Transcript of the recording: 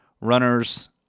runners